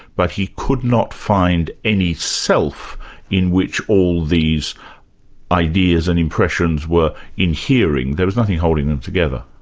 but he could not find any self in which all these ideas and impressions were inhering. there was nothing holding them together.